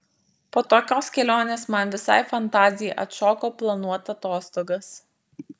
po tokios kelionės man visai fantazija atšoko planuot atostogas